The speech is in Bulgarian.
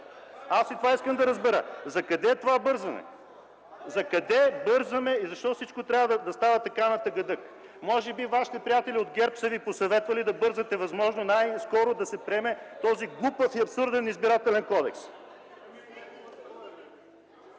Това искам да разбера – закъде е това бързане?! Закъде бързаме и защо всичко трябва да става така – на тъгъдък? Може би Вашите приятели от ГЕРБ са Ви посъветвали възможно най-скоро да се приеме този глупав и абсурден Изборен кодекс.